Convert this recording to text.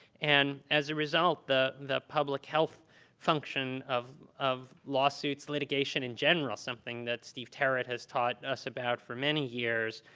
and as a result, the the public health function of of lawsuits, litigation in general, is something that steve teret has taught us about for many years,